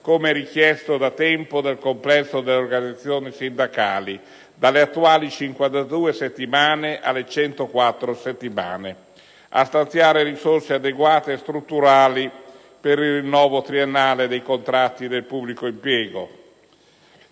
come richiesto da tempo dal complesso delle organizzazioni sindacali - dalle attuali 52 settimane alle 104 settimane. Voglio poi richiamare l'esigenza di stanziare risorse adeguate e strutturali per il rinnovo triennale dei contratti del pubblico impiego,